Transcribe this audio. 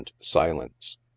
silence